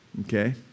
okay